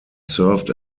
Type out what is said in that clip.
served